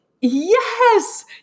yes